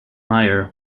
meyer